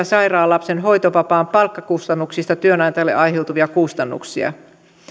sairaan lapsen hoitovapaan palkkakustannuksista työnantajalle aiheutuvia kustannuksia